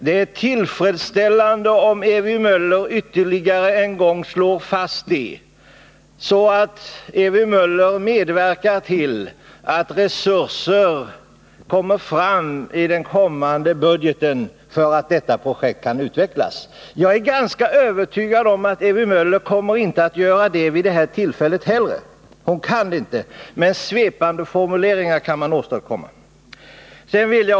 Det vore tillfredsställande om Ewy Möller ytterligare en gång slog fast det, för att medverka till att resurser avsätts i den kommande budgeten och att detta projekt kan utvecklas. Jag är ganska övertygad om att Ewy Möller inte heller vid det här tillfället kommer att göra det. Det kan hon inte. Men svepande formuleringar kan hon åstadkomma.